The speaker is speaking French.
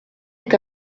est